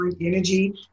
energy